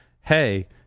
hey